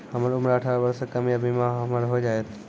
हमर उम्र अठारह वर्ष से कम या बीमा हमर हो जायत?